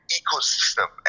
ecosystem